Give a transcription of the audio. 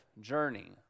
journey